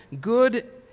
Good